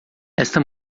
esta